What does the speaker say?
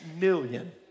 million